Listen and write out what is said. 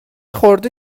خورده